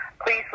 please